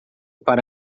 para